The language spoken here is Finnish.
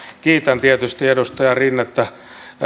kiitän tietysti edustaja rinnettä